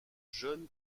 jeune